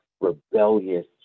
rebellious